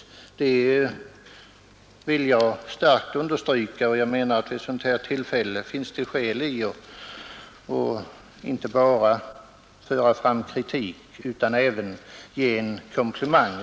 Vid ett sådant här tillfälle finns det skäl att inte bara föra fram kritik utan även ge en komplimang.